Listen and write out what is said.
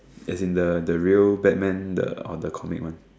as in the the real Batman the on the comic one